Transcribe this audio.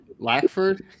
Lackford